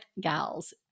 gals